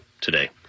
today